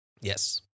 Yes